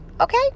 okay